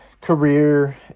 career